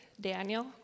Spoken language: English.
Daniel